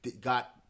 got